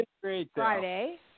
Friday